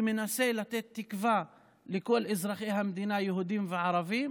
שמנסה לתת תקווה לכל אזרחי המדינה, יהודים וערבים.